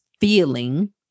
feeling